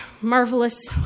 marvelous